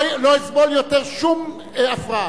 לא אסבול יותר שום הפרעה.